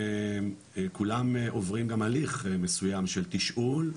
כולם עוברים גם הליך מסויים של תשאול,